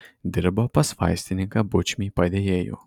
dirbo pas vaistininką bučmį padėjėju